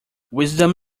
wisdom